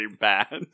bad